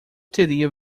teria